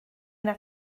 yna